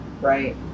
Right